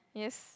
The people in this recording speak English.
yes